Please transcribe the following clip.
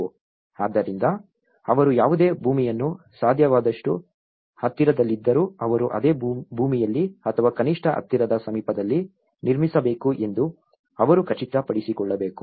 ಆದ್ದರಿಂದ ಅವರು ಯಾವುದೇ ಭೂಮಿಯನ್ನು ಸಾಧ್ಯವಾದಷ್ಟು ಹತ್ತಿರದಲ್ಲಿದ್ದರೂ ಅವರು ಅದೇ ಭೂಮಿಯಲ್ಲಿ ಅಥವಾ ಕನಿಷ್ಠ ಹತ್ತಿರದ ಸಮೀಪದಲ್ಲಿ ನಿರ್ಮಿಸಬೇಕು ಎಂದು ಅವರು ಖಚಿತಪಡಿಸಿಕೊಳ್ಳಬೇಕು